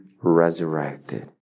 resurrected